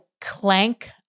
clank